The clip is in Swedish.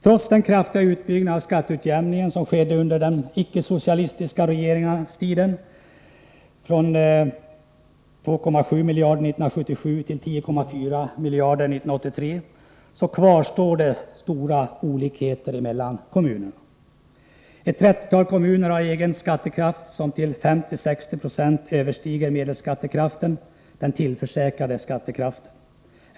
Trots den kraftiga utbyggnad av skatteutjämningen som skedde under den icke-socialistiska regeringstiden, från 2,7 miljarder 1977 till 10,4 miljarder 1983, kvarstår stora olikheter mellan kommunerna. Ett trettiotal kommuner har egen skattekraft som till 50-60 26 överstiger medelskattekraften, den tillförsäkrade skattekraften.